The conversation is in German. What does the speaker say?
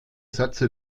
sätze